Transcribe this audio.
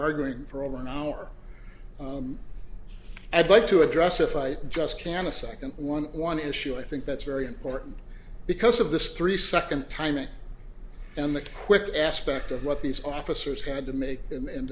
going for over an hour i'd like to address if i just can a second one one issue i think that's very important because of this three second timing and the quick aspect of what these officers had to make and